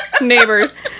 neighbors